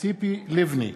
ציפי לבני,